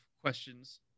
questions